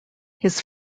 his